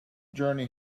journey